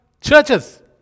churches